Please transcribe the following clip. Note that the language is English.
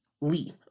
Lee